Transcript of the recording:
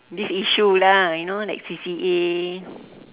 this issue lah you know like C_C_A